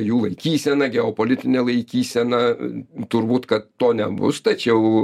jų laikysena geopolitinė laikysena turbūt kad to nebus tačiau